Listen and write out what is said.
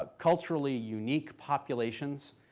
ah culturally unique populations,